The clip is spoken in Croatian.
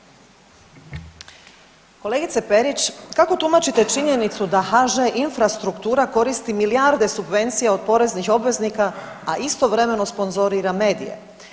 Kolegice Perić, kako tumačite činjenicu da HŽ infrastruktura koristi milijarde subvencija od poreznih obveznika a istovremeno sponzorira medije.